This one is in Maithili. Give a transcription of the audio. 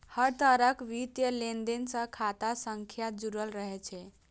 हर तरहक वित्तीय लेनदेन सं खाता संख्या जुड़ल रहै छै